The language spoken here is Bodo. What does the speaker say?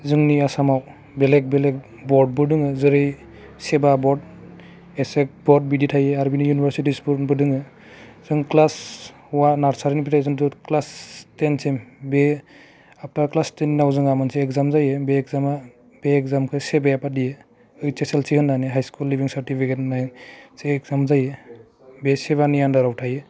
जोंनि आसामाव बेलेक बेलेक बर्डबो दङो जेरै सेबा बर्ड एहसेक बर्ड बिदि थायो आरो बिनि इउनिभारसिटिसफोरबो दङो जों क्लास वान नार्सारिनिफ्राय जों क्लास टेनसिम बे हाबबा क्लास टेनाव जोंहा मोनसे इक्जाम जायो बे इक्जामा बे इक्जामखौ सेबाया फाथियो ओइस एस एल सि होननानै हाइस स्कुल लिभिं सारटिफिकेट होननाय जे इक्जाम जायो बेयो सेबानि आन्डाराव थायो